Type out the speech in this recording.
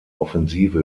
offensive